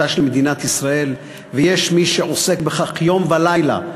של מדינת ישראל ויש מי שעוסק בכך יום ולילה,